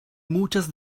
muchas